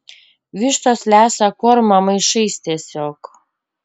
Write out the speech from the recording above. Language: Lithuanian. vištos lesa kormą maišais tiesiog